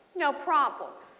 no problem.